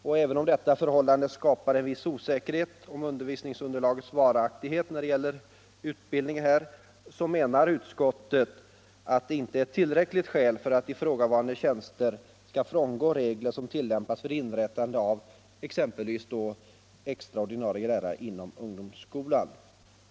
Men även om detta förhållande skapar en viss osäkerhet om undervisningsunderlagets varaktighet menar utskottet att detta inte är ett tillräckligt skäl att för dessa tjänster frångå regler som tillämpas för inrättande av exempelvis extra ordinarie lärartjänster inom ungdomsskolan.